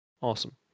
Awesome